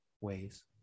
ways